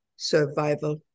Survival